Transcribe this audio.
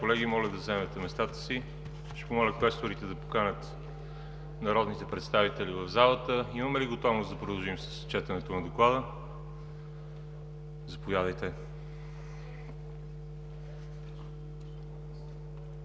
колеги, моля да заемете местата си. Моля, квесторите да поканят народните представители в залата. Имаме ли готовност да продължим с четенето на доклада? Заповядайте,